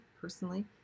personally